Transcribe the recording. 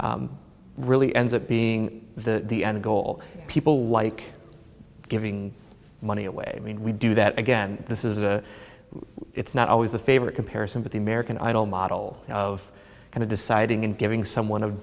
really ends up being the goal people like giving money away i mean we do that again this is a it's not always the favorite comparison but the american idol model of kind of deciding and giving someone a